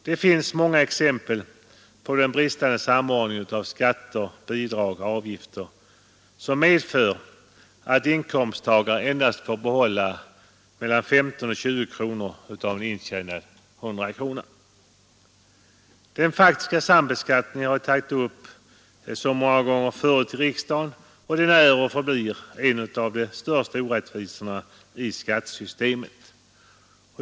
Det finns många exempel på att den bristande samordningen av skatter, bidrag och avgifter medför att inkomsttagare endast får behålla 15—20 kronor av intjänade 100 kronor Den faktiska sambeskattningen har jag tagit upp många gånger förut i riksdagen. Den är och förblir en av de största orättvisorna i skattesystemet.